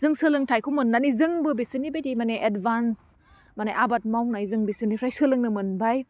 जों सोलोंथाइखौ मोन्नानै जोंबो बेसोरनि बायदि माने एडभान्स माने आबाद मावनाय जों बेसोरनिफ्राय सोलोंनो मोनबाय